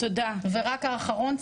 ורק הנושא האחרון,